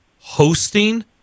hosting